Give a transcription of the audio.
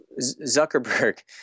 Zuckerberg